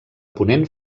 ponent